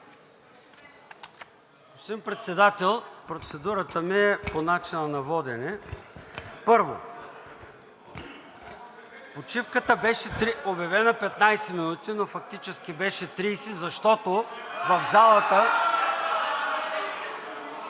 Господин Председател, процедурата ми е по начина на водене. Първо, почивката беше обявена 15 минути, но фактически беше 30, защото в залата…